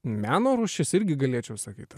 meno rūšis irgi galėčiau sakyt